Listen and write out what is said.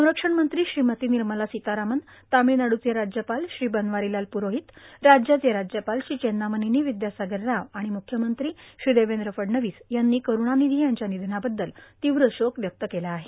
संरक्षणमंत्री श्रीमती निर्मला सीतारामन तमिळनाडूचे राज्यपाल श्री बनवारीलाल पुरोहित राज्याचे राज्यपाल श्री चेन्नामनेनी विद्यासागर राव आणि मुख्यमंत्री श्री देवेंद्र फडणवीस यांनी करूणानिधी यांच्या निधनाबद्दल तीव्र शोक व्यक्त केला आहे